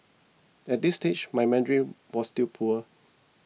at this stage my Mandarin was still poor